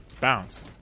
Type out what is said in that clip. bounce